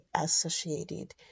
associated